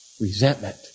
resentment